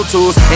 Tools